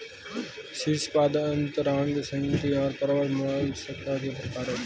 शीर्शपाद अंतरांग संहति और प्रावार मोलस्का के प्रकार है